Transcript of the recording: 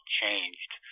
changed